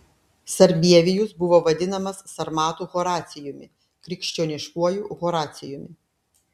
sarbievijus buvo vadinamas sarmatų horacijumi krikščioniškuoju horacijumi